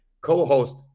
co-host